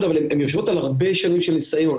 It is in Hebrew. אבל הן יושבות על הרבה שנים של ניסיון.